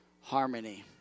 harmony